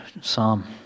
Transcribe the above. Psalm